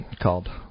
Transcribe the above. called